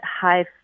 high